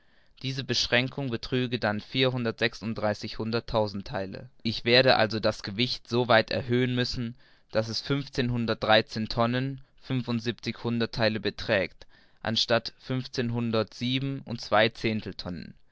diese beschränkung betrüge dann vierhundertsechsunddreißig hunderttausendtheile ich werde also das gewicht so weit erhöhen müssen daß es fünfzehnhundertdreizehn tonnen fünfundsiebenzig hunderttheile beträgt anstatt fünfzehnhundertsieben und